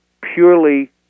purely